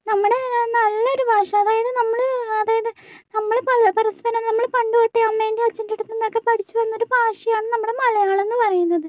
നമ്മുടെ നല്ലൊരുഭാഷ അതായത് നമ്മള് അതായത് നമ്മള് പരസ്പരം നമ്മള് പണ്ട് തൊട്ടേ അമ്മേൻ്റെയും അച്ഛൻ്റെ അടുത്തിന്നൊക്കെ പഠിച്ചു വരുന്നൊരു ഭാഷയാണ് നമ്മുടെ മലയാളംന്നു പറയുന്നത്